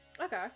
okay